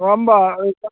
नङा होम्बा